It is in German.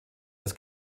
das